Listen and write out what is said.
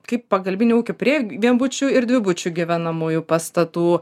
kaip pagalbinio ūkio prie vienbučių ir dvibučių gyvenamųjų pastatų